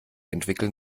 entwickeln